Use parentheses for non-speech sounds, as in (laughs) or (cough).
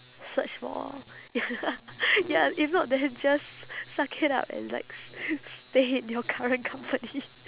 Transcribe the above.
search for ya (laughs) ya if not then just suck it up and like st~ stay in your current company